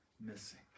missing